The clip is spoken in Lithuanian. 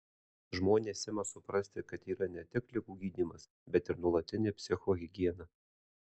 žmonės ima suprasti kad yra ne tik ligų gydymas bet ir nuolatinė psichohigiena